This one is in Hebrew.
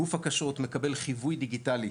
גוף הכשרות מקבל חיווי דיגיטלי,